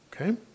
Okay